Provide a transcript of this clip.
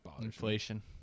inflation